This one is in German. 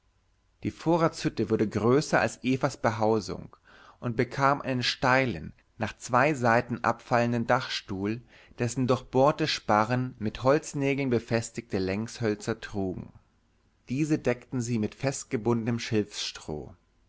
die vorratshütte wurde größer als evas behausung und bekam einen steilen nach zwei seiten abfallenden dachstuhl dessen durchbohrte sparren mit holznägeln befestigte längshölzer trugen diese deckten sie mit festgebundenem